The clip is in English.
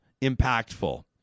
impactful